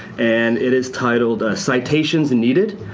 and it is titled citations and needed.